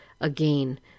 again